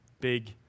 big